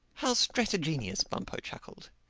how stratagenious! bumpo chuckled.